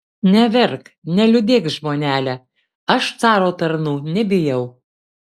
neverk neliūdėk žmonele aš caro tarnų nebijau